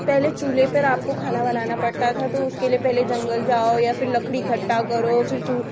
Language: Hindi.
पहले चूल्हे पर आपको खाना बनाना पड़ता था तो उसके लिए पहले जंगल जाओ या फिर लकड़ी इकट्ठा करो फिर चू